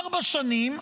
ארבע שנים,